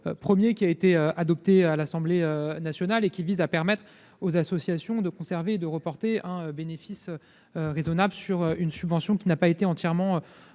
l'article 1 adopté à l'Assemblée nationale, qui vise à permettre aux associations de conserver et de reporter un bénéfice raisonnable sur une subvention qui n'a pas été entièrement